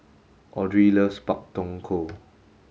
Audry loves Pak Thong Ko